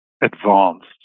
advanced